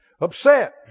upset